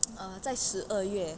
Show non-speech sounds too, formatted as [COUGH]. [NOISE] uh 在十二月